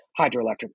hydroelectric